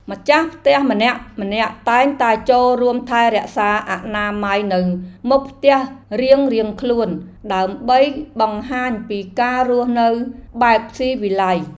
ម្ចាស់ផ្ទះម្នាក់ៗតែងតែចូលរួមថែរក្សាអនាម័យនៅមុខផ្ទះរៀងៗខ្លួនដើម្បីបង្ហាញពីការរស់នៅបែបស៊ីវិល័យ។